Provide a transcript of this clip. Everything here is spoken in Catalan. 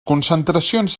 concentracions